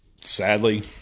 sadly